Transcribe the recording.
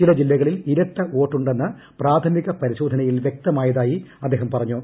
ചില ജില്ലകളിൽ ഇരട്ട വോട്ടുണ്ടെന്ന് പ്രാഥമിക പരിശോധനയിൽ വൃക്തമായതായി അദ്ദേഹം പറഞ്ഞു